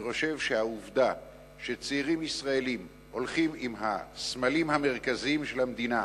אני חושב שהעובדה שצעירים ישראלים הולכים עם הסמלים המרכזיים של המדינה